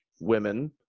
women